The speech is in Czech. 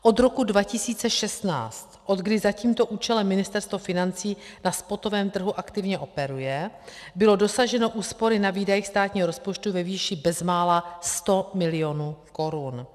Od roku 2016, odkdy za tímto účelem Ministerstvo financí na spotovém trhu aktivně operuje, bylo dosaženo úspory na výdajích státního rozpočtu ve výši bezmála 100 milionů korun.